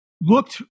looked